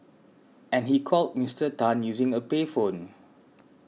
and he called Mister Tan using a payphone